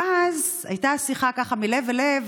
ואז הייתה שיחה ככה מלב אל לב,